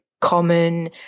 common